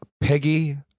Peggy